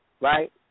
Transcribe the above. right